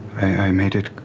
i made it